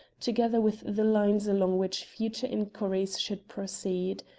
together with the lines along which future inquiries should proceed.